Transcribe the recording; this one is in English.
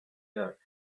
earth